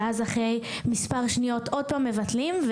ואז אחרי מספר שניות עוד פעם מבטלים.